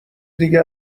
دیگه